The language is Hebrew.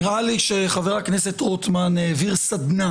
נראה לי שחבר הכנסת רוטמן העביר סדנה